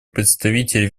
представитель